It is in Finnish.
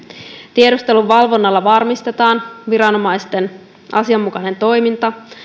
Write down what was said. tiedusteluvalvonnalla varmistetaan viranomaisten asianmukainen toiminta